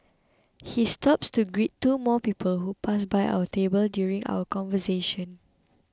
he stops to greet two more people who pass by our table during our conversation